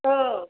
औ